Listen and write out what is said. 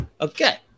okay